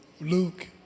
Luke